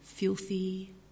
Filthy